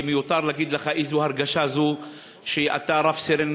מיותר להגיד לך איזו הרגשה זו שאתה רב-סרן